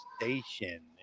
Station